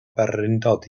bererindod